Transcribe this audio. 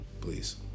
please